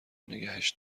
نگهش